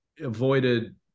avoided